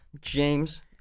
James